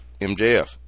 MJF